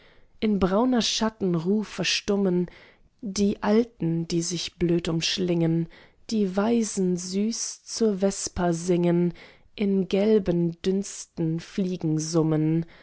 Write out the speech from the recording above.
in brauner schatten ruh verstummen die alten die sich blöd umschlingen die waisen süß zur vesper singen in gelben dünsten fliegen summen